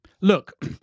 Look